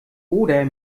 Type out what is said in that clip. oder